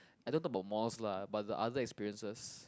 I don't know about malls lah but the other experiences